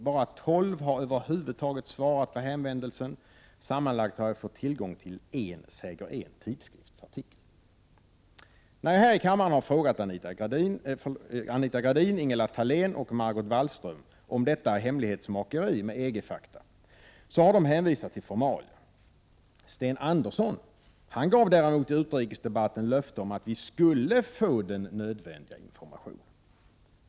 Bara 12 har över huvud taget svarat på hänvändelsen; sammanlagt har jag fått tillgång till en tidskriftsartikel. När jag här i kammaren har frågat Anita Gradin, Ingela Thalén och Margot Wallström om detta hemlighetsmakeri med EG-fakta, har de hänvisat till formalia. Sten Andersson gav däremot i utrikesdebatten löfte om att vi skulle få den nödvändiga informationen.